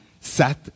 sat